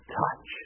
touch